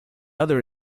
other